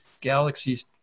galaxies